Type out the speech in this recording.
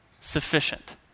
sufficient